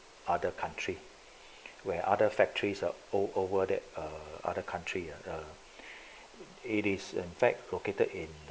other country where other factories are up over that err other country it is in fact located in